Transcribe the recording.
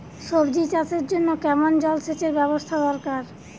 সবজি চাষের জন্য কেমন জলসেচের ব্যাবস্থা দরকার?